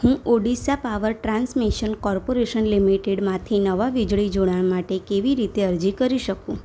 હું Odisha power transmission corporation લિમિટેડમાંથી નવાં વીજળી જોડાણ માટે કેવી રીતે અરજી કરી શકું